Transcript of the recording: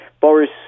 Boris